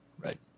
right